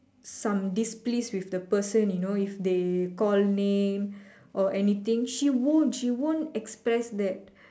some displease with the person you know if they call name or anything she won't she won't express that